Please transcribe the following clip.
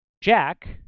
Jack